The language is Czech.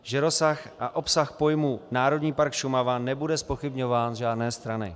Že rozsah a obsah pojmu Národní park Šumava nebude zpochybňován z žádné strany.